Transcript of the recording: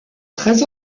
très